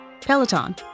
Peloton